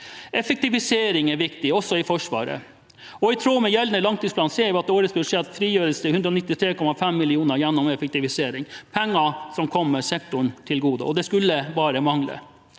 Effektivisering er viktig også i Forsvaret, og i tråd med gjeldende langtidsplan ser vi at det i årets budsjett frigjøres 193,5 mill. kr gjennom effektivisering – penger som kommer sektoren til gode. Det skulle bare mangle.